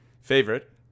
favorite